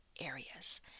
areas